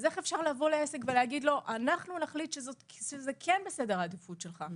אז איך אפשר לבוא לעסק ולהגיד לו: אנחנו נחליט שזה כן בסדר העדיפות שלך,